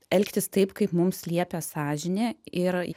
elgtis taip kaip mums liepia sąžinė ir